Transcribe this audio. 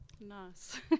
Nice